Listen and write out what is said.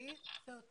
ליז.